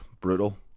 brutal